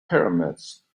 pyramids